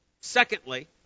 Secondly